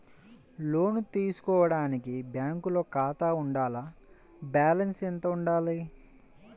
లోను తీసుకోవడానికి బ్యాంకులో ఖాతా ఉండాల? బాలన్స్ ఎంత వుండాలి?